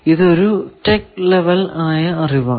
ഇത് ഒരു tech level ആയ അറിവാണ്